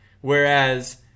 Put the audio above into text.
Whereas